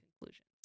conclusions